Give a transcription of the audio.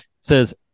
says